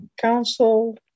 council